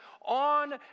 on